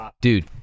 Dude